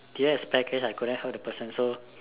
didn't have spare cash I couldn't help the person so